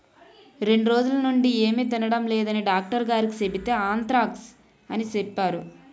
రెండ్రోజులనుండీ ఏమి తినడం లేదని డాక్టరుగారికి సెబితే ఆంత్రాక్స్ అని సెప్పేరు